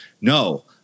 no